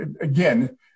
again